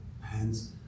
hands